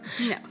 No